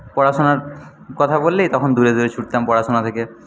পড়াশোনার কথা বললেই তখন দূরে দূরে ছুটতাম পড়াশোনা থেকে